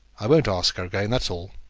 i won't ask her again that's all.